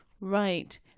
Right